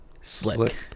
Slick